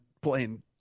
playing